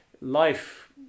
life